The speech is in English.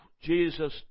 Jesus